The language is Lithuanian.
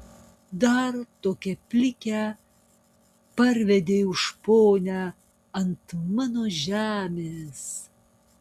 dar tokią plikę parvedei už ponią ant mano žemės